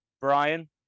Brian